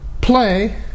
play